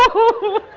ooh!